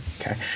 Okay